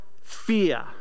fear